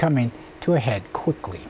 coming to a head quickly